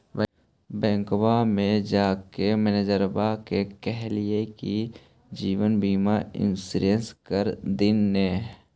बैंकवा मे जाके मैनेजरवा के कहलिऐ कि जिवनबिमा इंश्योरेंस कर दिन ने?